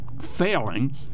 failing